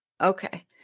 okay